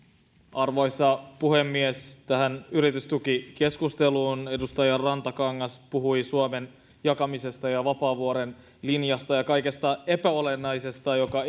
arvoisa puhemies tähän yritystukikeskusteluun edustaja rantakangas puhui suomen jakamisesta ja vapaavuoren linjasta ja kaikesta epäolennaisesta joka